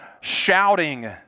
shouting